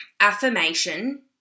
affirmation